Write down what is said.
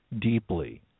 deeply